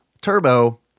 Turbo